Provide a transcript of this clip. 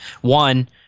One